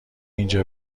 اینجا